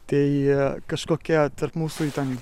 tai kažkokia tarp mūsų į ten